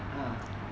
uh